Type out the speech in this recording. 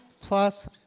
plus